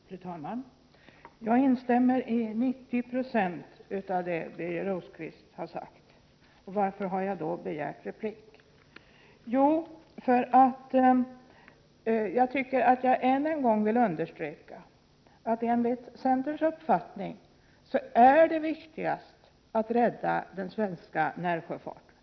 Fru talman! Jag instämmer till 90 96 i det Birger Rosqvist har sagt. Varför har jag då begärt replik? Jo, jag vill än en gång understryka att det enligt centerns uppfattning är viktigast att rädda den svenska närsjöfarten.